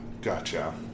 Gotcha